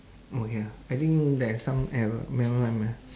okay ah I think there is some error nevermind nevermind